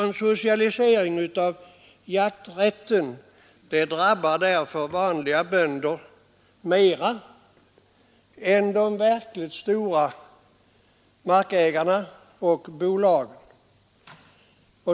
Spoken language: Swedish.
En socialisering av jakträtten drabbar därför vanliga bönder mera än den drabbar de verkligt stora markägarna och bolagen.